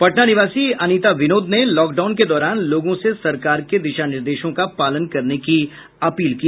पटना निवासी अनिता विनोद ने लॉकडाउन के दौरान लोगों से सरकार के दिशा निर्देशों का पालन करने की अपील की